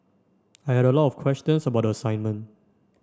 I had a lot of questions about the assignment